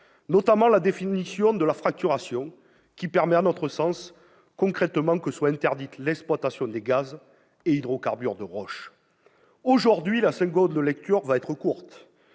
notamment la définition de la fracturation qui permet concrètement, à notre sens, que soit interdite l'exploitation des gaz et hydrocarbures de roche. Aujourd'hui, la nouvelle lecture va être courte,